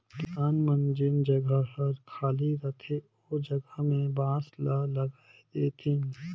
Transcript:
किसान मन जेन जघा हर खाली रहथे ओ जघा में बांस ल लगाय देतिन